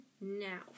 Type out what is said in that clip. now